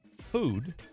Food